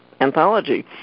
anthology